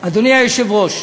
אדוני היושב-ראש,